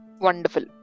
Wonderful